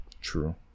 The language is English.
True